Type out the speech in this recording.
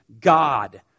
God